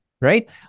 right